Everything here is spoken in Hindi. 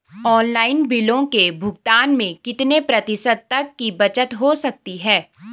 ऑनलाइन बिलों के भुगतान में कितने प्रतिशत तक की बचत हो सकती है?